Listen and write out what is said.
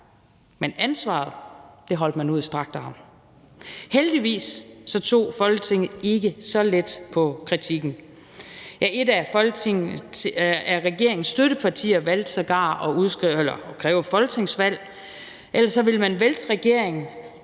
Men ansvaret holdt man ud i strakt arm. Heldigvis tog Folketinget ikke så let på kritikken. Et af regeringens støttepartier valgte sågar at kræve et folketingsvalg, ellers ville man vælte regeringen,